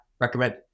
recommend